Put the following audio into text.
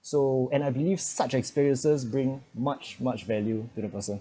so and I believe such experiences bring much much value to the person